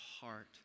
heart